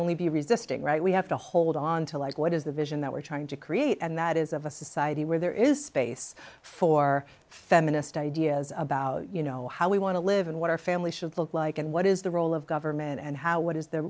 only be resisting right we have to hold on to like what is the vision that we're trying to create and that is of a society where there is space for feminist ideas about you know how we want to live in what our family should look like and what is the role of government and how what is the